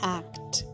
act